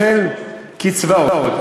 כפל קצבאות.